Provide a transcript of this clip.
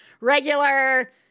regular